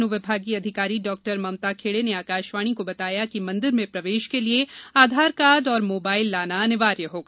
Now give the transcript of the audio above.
अनुविभागीय अधिकारी डॉ ममता खेड़े ने आकाशवाणी को बताया कि मंदिर में प्रवेश के लिये आधार कार्ड और मोबाइल लाना अनिवार्य होगा